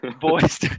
Boys